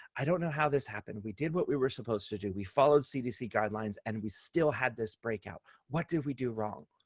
i don't know how this happened. we did what we were supposed to do. we followed cdc guidelines, and we still had this breakout. what did we do wrong?